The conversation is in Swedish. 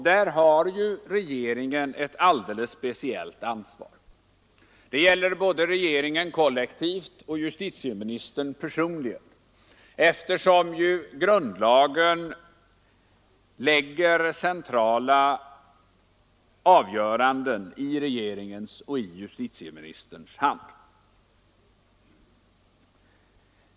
Där har regeringen ett alldeles speciellt ansvar, regeringen kollektivt och justitieministern personligen, eftersom grundlagen lägger vissa centrala avgöranden i regeringens och justitieministerns händer.